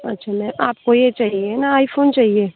अच्छा मैम आपको ये चाहिए ना आईफोन चाहिए